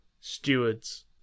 stewards